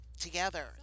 together